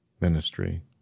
ministry